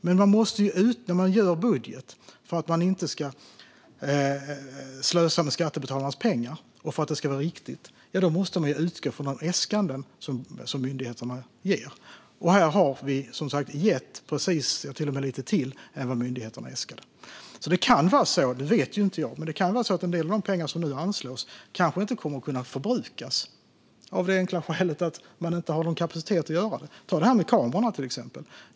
När man gör en budget måste man, för att inte slösa med skattebetalarnas pengar och för att det ska bli riktigt, utgå från myndigheternas äskanden. Här har vi som sagt gett precis det som myndigheterna äskade, till och med lite till. Jag vet inte, men det kan vara så att en del av de pengar som nu anslås kanske inte kommer att kunna förbrukas av det enkla skälet att man inte har kapacitet att göra det. Ta till exempel det här med kameror.